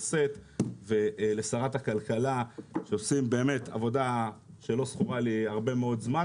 שאת ולשרת הכלכלה שעושים באמת עבודה שלא זכורה לי הרבה מאוד זמן,